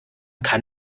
kann